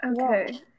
Okay